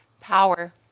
power